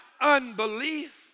unbelief